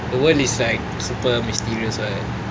the world is like super mysterious [what]